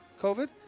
COVID